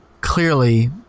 clearly